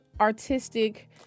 artistic